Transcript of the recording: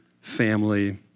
family